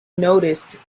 noticed